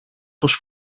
πως